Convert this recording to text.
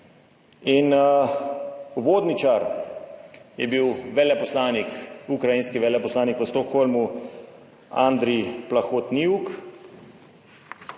in uvodničar je bil veleposlanik, ukrajinski veleposlanik v Stockholmu, Andrii Plakhotniuk.